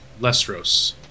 Lestros